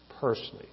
personally